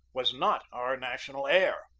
was not our national air.